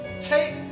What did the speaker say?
take